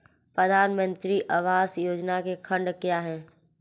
प्रधानमंत्री आवास योजना के खंड क्या हैं?